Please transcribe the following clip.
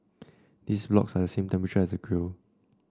these blocks are the same temperature as the grill